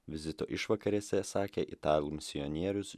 vizito išvakarėse sakė italų misionierius